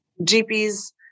GPs